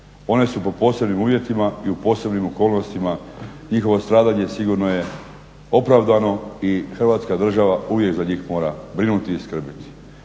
One su po posebnim uvjetima i u posebnim okolnostima. Njihovo stradanje sigurno je opravdano i Hrvatska država uvijek za njih mora brinuti i skrbiti.